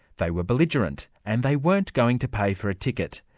they were belligerent and they weren't going to pay for a ticket.